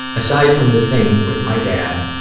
aside from the thing with my dad,